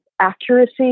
accuracy